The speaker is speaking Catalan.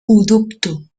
dubto